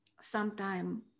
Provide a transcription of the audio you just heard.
sometime